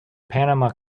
panama